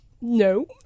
No